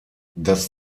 das